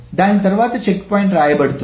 దాని తర్వాత చెక్పాయింట్ వ్రాయబడుతుంది